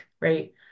right